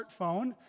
smartphone